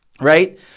Right